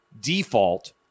default